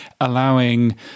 allowing